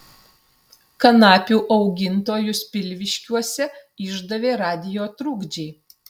kanapių augintojus pilviškiuose išdavė radijo trukdžiai